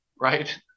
right